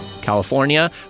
California